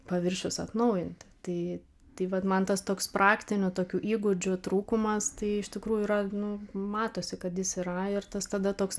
paviršius atnaujinti tai tai vat man tas toks praktinių tokių įgūdžių trūkumas tai iš tikrųjų yra nu matosi kad jis yra ir tas tada toks